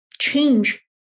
change